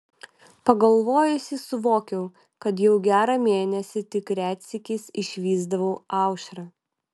pagalvojusi suvokiau kad jau gerą mėnesį tik retsykiais išvysdavau aušrą